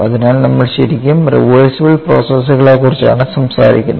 അതിനാൽ നമ്മൾ ശരിക്കും റിവേർസിബിൾ പ്രോസസുകളെക്കുറിച്ചാണ് സംസാരിക്കുന്നത്